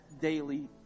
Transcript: daily